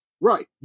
Right